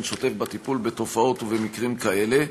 שוטף בטיפול בתופעות ובמקרים כאלה.